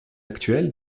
actuelle